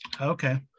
Okay